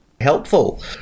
helpful